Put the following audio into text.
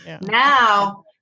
now